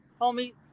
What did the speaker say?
homie